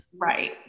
Right